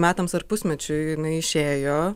metams ar pusmečiui jinai išėjo